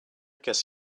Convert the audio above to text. guess